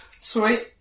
Sweet